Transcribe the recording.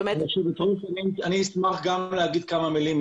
היושבת-ראש, אני אשמח גם להגיד כמה מילים.